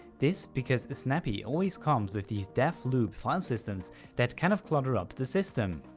this because snappy always comes with these dev loop file systems that kind of clutter up the system.